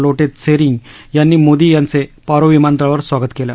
लोपे त्सेरींग यांनी मोदी यांचे पारो विमानतळावर स्वागत केलं